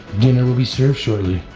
dinner will be served shortly.